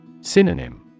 Synonym